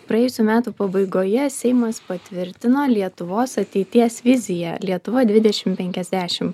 praėjusių metų pabaigoje seimas patvirtino lietuvos ateities vizija lietuva dvidešimt penkiasdešimt